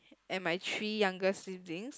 and my three younger siblings